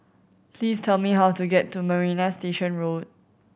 please tell me how to get to Marina Station Road